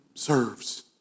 serves